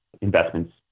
investments